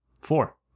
Four